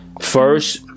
First